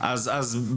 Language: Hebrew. לך.